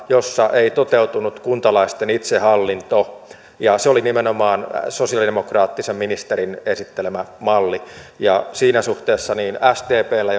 jossa ei toteutunut kuntalaisten itsehallinto se oli nimenomaan sosialidemokraattisen ministerin esittelemä malli siinä suhteessa sdpllä